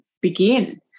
begin